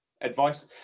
advice